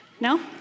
No